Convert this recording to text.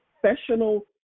professional